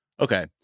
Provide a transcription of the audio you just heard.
Okay